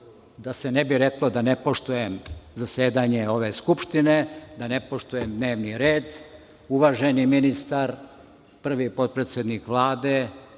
da se ne bi reklo da ne poštujem zasedanje ove Skupštine, da ne poštujem dnevni red, uvaženi ministar prvi potpredsednik Vlade,